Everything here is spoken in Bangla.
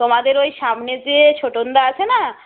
তোমাদের ওই সামনে যে ছোটনদা আছে না